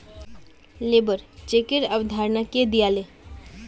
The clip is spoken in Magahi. लेबर चेकेर अवधारणा के दीयाले